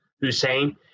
Hussein